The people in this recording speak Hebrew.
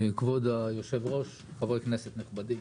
כבוד היושב-ראש, חברי כנסת נכבדים,